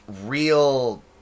real